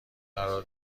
قرار